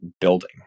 building